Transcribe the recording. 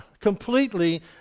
completely